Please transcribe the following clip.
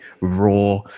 raw